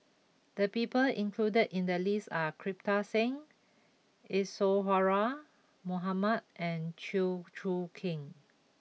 the people included in the list are Kirpal Singh Isadhora Mohamed and Chew Choo Keng